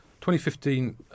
2015